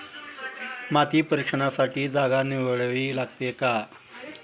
माती परीक्षणासाठी जागा निवडावी लागते का?